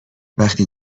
وقتی